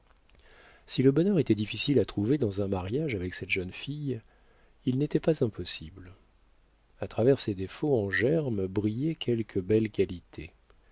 si le bonheur était difficile à trouver dans un mariage avec cette jeune fille il n'était pas impossible a travers ces défauts en germe brillaient quelques belles qualités